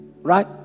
Right